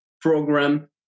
program